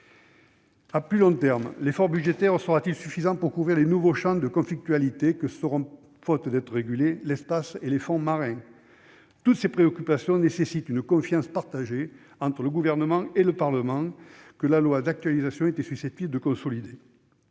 À plus long terme, l'effort budgétaire sera-t-il suffisant pour couvrir les nouveaux champs de conflictualité que deviendront, faute d'être régulés, l'espace et les fonds marins ? Toutes ces préoccupations appellent, entre le Gouvernement et le Parlement, une confiance mutuelle que la loi d'actualisation était susceptible de consolider.